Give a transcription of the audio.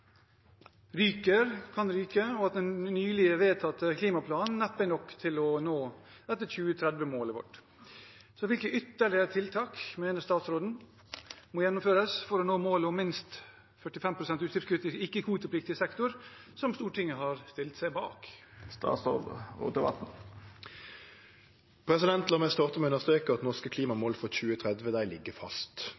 2020-målet kan ryke, og at den nylig vedtatte klimaplanen neppe er nok til å nå 2030-målet. Hvilke ytterligere tiltak mener statsråden må gjennomføres for å nå målet om minst 45 pst. utslippskutt i ikke-kvotepliktig sektor, som Stortinget har stilt seg bak?» La meg starte med å understreke at dei norske